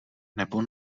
nebo